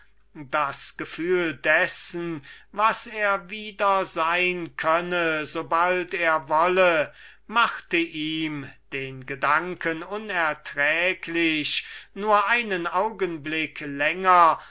das gefühl dessen was er wieder sein könne sobald er wolle machte ihm den gedanken unerträglich nur einen augenblick länger